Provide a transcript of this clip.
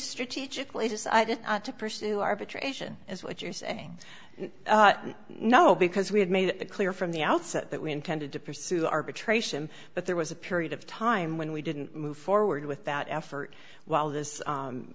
strategically decided to pursue arbitration is what you're saying no because we had made it clear from the outset that we intended to pursue arbitration but there was a period of time when we didn't move forward with that effort while this